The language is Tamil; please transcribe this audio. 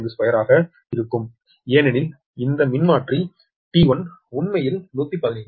101201152 ஆக இருக்கும் ஏனெனில் இந்த மின்மாற்றி T1 உண்மையில் 115